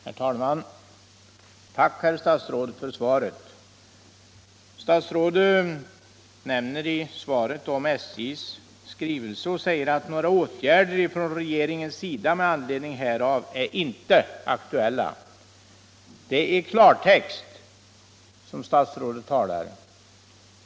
Herr talman! Tack, herr statsråd, för svaret! Statsrådet nämner i svaret SJ:s skrivelse och säger: ”Några åtgärder från regeringens sida med anledning härav är inte aktuella.” Det är klartext som statsrådet talar.